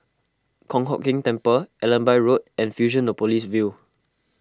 Kong Hock Keng Temple Allenby Road and Fusionopolis View